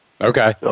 Okay